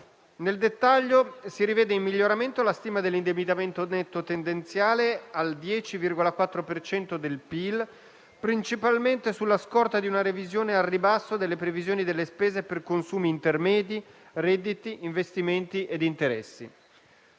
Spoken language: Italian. Nel dettaglio si rivede in miglioramento la stima dell'indebitamento netto tendenziale al 10,4 per cento del PIL, principalmente sulla scorta di una revisione al ribasso delle previsioni delle spese per consumi intermedi, redditi, investimenti e interessi.